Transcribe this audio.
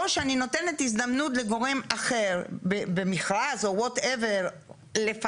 שאני נותנת הזדמנות לגורם אחר במכרז או whatever לפתח.